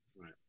right